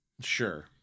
Sure